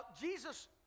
Jesus